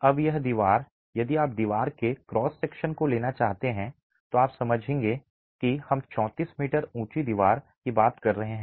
अब यह दीवार यदि आप दीवार के क्रॉस सेक्शन को लेना चाहते हैं तो आप समझेंगे कि हम 34 मीटर ऊंची दीवार की बात कर रहे हैं